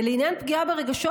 לעניין פגיעה ברגשות,